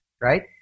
right